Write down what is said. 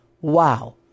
Wow